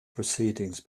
proceedings